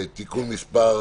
(תיקון מס'